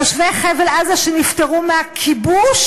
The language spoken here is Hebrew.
תושבי חבל-עזה, שנפטרו מהכיבוש,